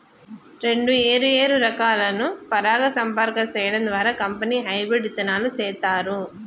రెండు ఏరు ఏరు రకాలను పరాగ సంపర్కం సేయడం ద్వారా కంపెనీ హెబ్రిడ్ ఇత్తనాలు సేత్తారు